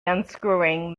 unscrewing